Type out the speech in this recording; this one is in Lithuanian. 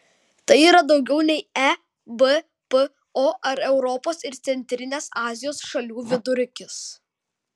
tai yra daugiau nei ebpo ar europos ir centrinės azijos šalių vidurkis